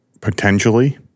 potentially